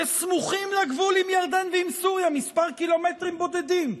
שסמוכים לגבול עם ירדן ועם סוריה מספר קילומטרים בודדים,